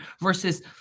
versus